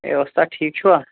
ہے وستا ٹھیٖک چھِوا